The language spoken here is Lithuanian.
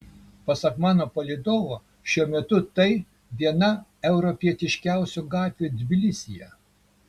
pasak mano palydovo šiuo metu tai viena europietiškiausių gatvių tbilisyje